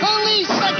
Police